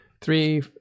three